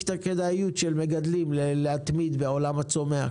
את הכדאיות של מגדלים להתמיד בעולם הצומח.